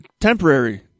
temporary